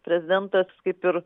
prezidentas kaip ir